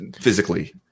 physically